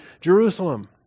Jerusalem